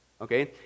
okay